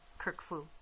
Kirkfu